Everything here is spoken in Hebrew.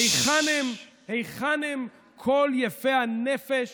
היכן הם כל יפי הנפש